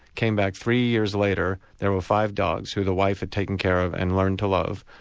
came back three years later, there were five dogs who the wife had taken care of and learned to love,